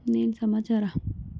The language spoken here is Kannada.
ಇನ್ನೇನು ಸಮಾಚಾರ